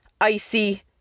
icy